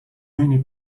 many